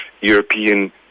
European